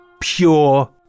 pure